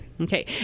Okay